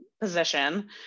position